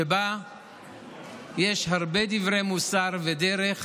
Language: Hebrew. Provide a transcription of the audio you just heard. שבה יש הרבה דברי מוסר ודרך